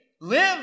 Live